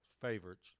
favorites